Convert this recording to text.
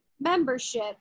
membership